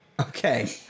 Okay